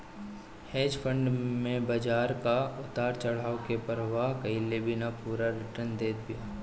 hedge fund में बाजार कअ उतार चढ़ाव के परवाह कईले बिना पूरा रिटर्न देत बिया